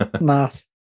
Nice